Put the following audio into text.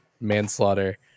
manslaughter